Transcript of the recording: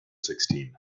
sixteen